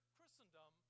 Christendom